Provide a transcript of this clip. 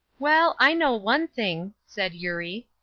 well, i know one thing, said eurie,